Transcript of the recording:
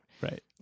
right